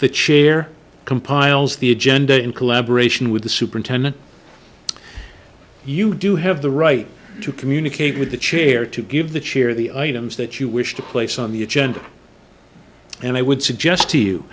chair compiles the agenda in collaboration with the superintendent you do have the right to communicate with the chair to give the chair the items that you wish to place on the agenda and i would suggest to you